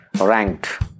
ranked